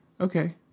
Okay